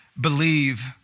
believe